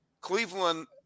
Cleveland